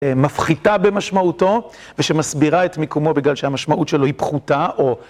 מפחיתה במשמעותו ושמסבירה את מיקומו בגלל שהמשמעות שלו היא פחותה או...